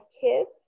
kids